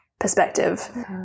perspective